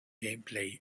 gameplay